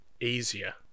easier